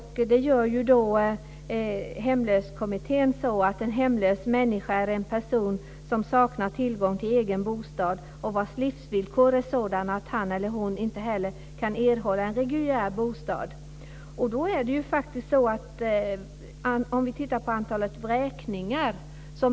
Hemlöshetskommittén säger att en hemlös människa är en person som saknar tillgång till egen bostad och vars livsvillkor är sådana att han eller hon inte heller kan erhålla en reguljär bostad. Vi kan titta på antalet vräkningar.